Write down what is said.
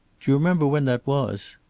you remember when that was?